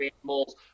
animals